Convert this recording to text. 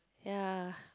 ya